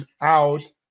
out